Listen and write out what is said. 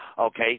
okay